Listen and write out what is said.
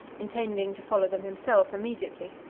intending to follow them himself immediately.